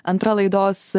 antra laidos